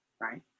right